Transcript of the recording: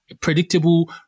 predictable